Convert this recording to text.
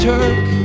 Turk